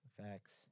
Facts